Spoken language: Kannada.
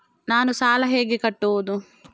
ನಾನು ಸಾಲ ಹೇಗೆ ಕಟ್ಟುವುದು?